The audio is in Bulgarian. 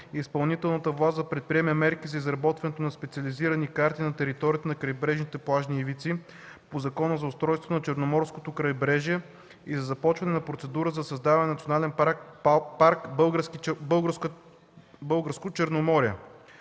изпълнителната власт да предприеме мерки за изработването на специализирани карти на територията на крайбрежните плажни ивици по Закона за устройството на Черноморското крайбрежие и за започването на процедура за създаване на национален парк „Българско Черноморие”.